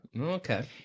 Okay